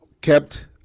kept